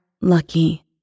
lucky